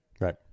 Right